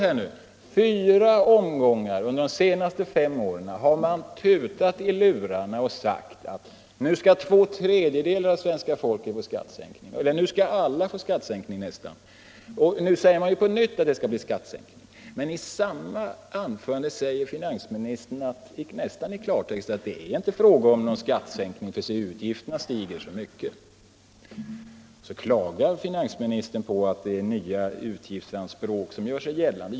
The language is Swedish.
I fyra omgångar under de senaste fem åren har man tutat i lurarna och sagt att nu skall två tredjedelar av svenska folket få skattesänkning eller att nu skall alla få skattesänkning nästan. Och nu säger man på nytt att det skall bli skattesänkning. Men i samma anförande säger finansministern nästan i klartext att det inte är fråga om någon skattesänkning därför att utgifterna stiger så mycket. Så klagar finansministern på att nya utgiftsanspråk gör sig gällande.